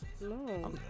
No